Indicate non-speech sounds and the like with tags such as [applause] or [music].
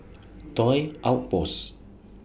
[noise] Toy Outpost